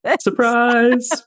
surprise